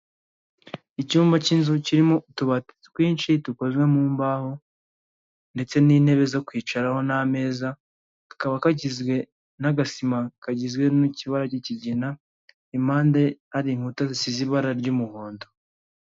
Icyumba cy'inzu kirimo utubati twinshi, dukozwe mu mbaho ndetse n'intebe zo kwicaraho, n'ameza, kakaba kagizwe n'agasima kagizwe n'ikibara ry'ikigina, impande hari inkuta zisize ibara ry'umuhondo.